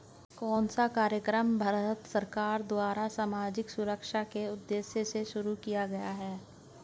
कौन सा कार्यक्रम भारत सरकार द्वारा सामाजिक सुरक्षा के उद्देश्य से शुरू किया गया है?